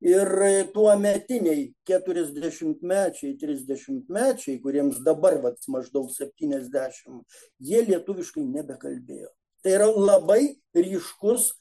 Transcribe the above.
ir tuometiniai keturiasdešimtmečiai trisdešimtmečiai kuriems dabar pats maždaug septyniasdešimt jie lietuviškai nebekalbėjo tai yra labai ryškus